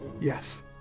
Yes